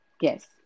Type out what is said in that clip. Yes